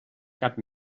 cap